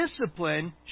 discipline